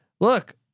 Look